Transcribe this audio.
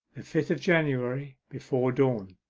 the fifth of january. before dawn